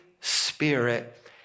Spirit